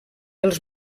els